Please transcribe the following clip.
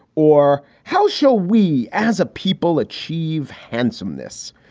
or how shall we as a people achieve handsomeness?